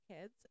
kids